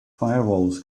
firewalls